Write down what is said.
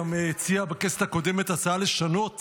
גם הציע בכנסת הקודמת הצעה לשנות